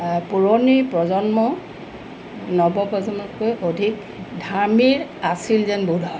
পুৰণিৰ প্ৰজন্ম নৱ প্ৰজন্মতকৈ অধিক ধাৰ্মিক আছিল যেন বোধ হয়